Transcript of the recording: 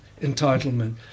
entitlement